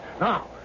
Now